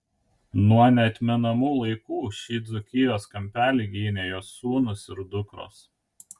nuo neatmenamų laikų šį dzūkijos kampelį gynė jos sūnūs ir dukros